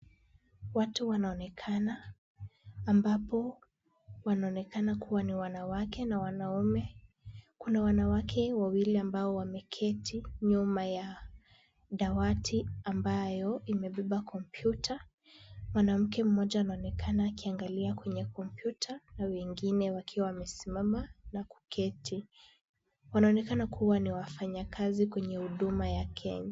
Watu wanaonekana ambapo wanaonekana kuwa ni wanawake na wanaume. Kuna wanawake wawili ambao wameketi nyuma ya dawati ambayo imebeba kompyuta. Mwanamke mmoja anaonekana akiangalia kwenye kompyuta na wengine wakiwa wamesimama na kuketi. Wanaonekana kuwa ni wafanyakazi kwenye huduma ya Kenya.